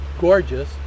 gorgeous